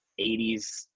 80s